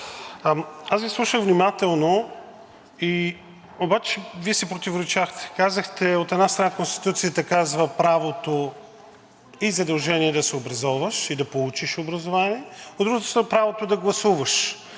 аз Ви слушах внимателно, обаче Вие си противоречахте. Казахте, от една страна, Конституцията казва: „правото и задължение да се образоваш и да получиш образование“, от друга страна, „правото да гласуваш“.